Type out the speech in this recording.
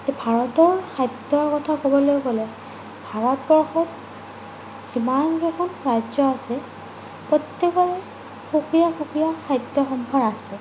ভাৰতৰ খাদ্যৰ কথা ক'বলৈ গ'লে ভাৰতবৰ্ষত যিমান কেইখন ৰাজ্য আছে প্ৰত্যেকৰে সুকীয়া সুকীয়া খাদ্যসম্ভাৰ আছে